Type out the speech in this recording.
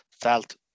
felt